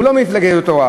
הוא לא ממפלגת יהדות התורה,